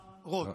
תודה רבה.